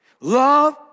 Love